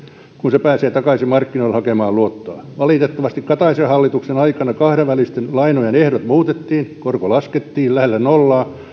kun se pääsee takaisin markkinoille hakemaan luottoa valitettavasti kataisen hallituksen aikana kahdenvälisten lainojen ehdot muutettiin korko laskettiin lähelle nollaa ja